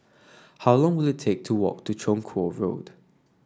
how long will it take to walk to Chong Kuo Road